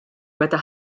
meta